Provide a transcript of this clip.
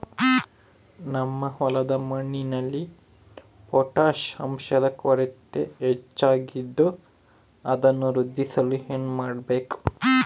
ನಮ್ಮ ಹೊಲದ ಮಣ್ಣಿನಲ್ಲಿ ಪೊಟ್ಯಾಷ್ ಅಂಶದ ಕೊರತೆ ಹೆಚ್ಚಾಗಿದ್ದು ಅದನ್ನು ವೃದ್ಧಿಸಲು ಏನು ಮಾಡಬೇಕು?